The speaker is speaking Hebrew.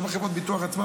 גם חברות הביטוח עצמן,